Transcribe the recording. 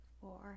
four